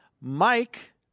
Mike